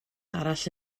arall